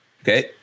Okay